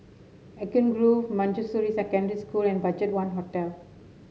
Eden Grove Manjusri Secondary School and BudgetOne Hotel